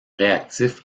réactif